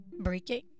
breaking